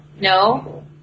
No